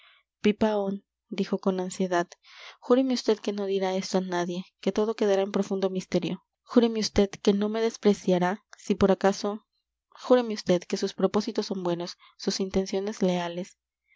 mano pipaón dijo con ansiedad júreme usted que no dirá esto a nadie que todo quedará en profundo misterio júreme vd que no me despreciará si por acaso júreme vd que sus propósitos son buenos sus intenciones leales